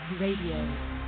Radio